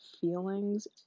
feelings